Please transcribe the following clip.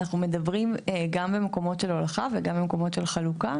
אנחנו מדברים גם במקומות של הולכה וגם במקומות של חלוקה,